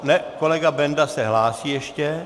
Ne, kolega Benda se hlásí ještě.